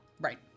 Right